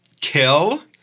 Kill